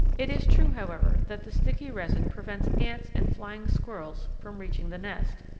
it is true, however, that the sticky resin prevents ants and flying squirrels from reaching the nest,